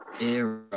era